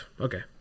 Okay